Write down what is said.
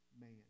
man